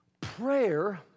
Prayer